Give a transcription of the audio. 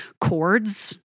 chords